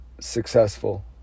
successful